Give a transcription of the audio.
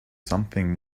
something